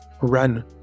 run